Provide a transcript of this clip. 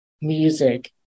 music